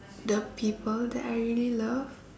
the people that I really love